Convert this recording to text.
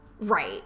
Right